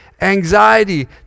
anxiety